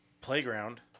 Playground